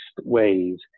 ways